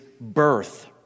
birth